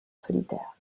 solitaire